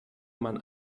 man